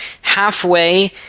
halfway